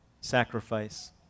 sacrifice